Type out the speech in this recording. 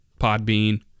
Podbean